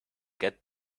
get